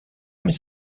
mes